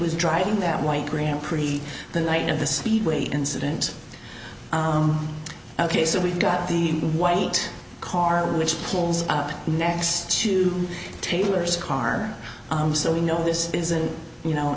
was driving that white grand prix the night of the speedway incident ok so we've got the white car which pulls up next to taylor's car so we know this isn't you know